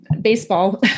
baseball